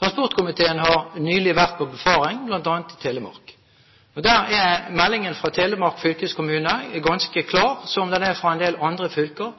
Transportkomiteen har nylig vært på befaring, bl.a. i Telemark. Meldingen fra Telemark fylkeskommune er ganske klar, som den er fra en del andre fylker,